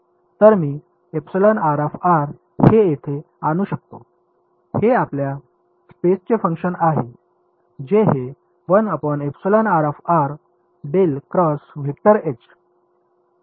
तर मी हे येथे आणू शकतो हे आपल्या स्पेसचे फंक्शन आहे जे हे बरोबर होईल